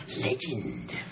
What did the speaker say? Legend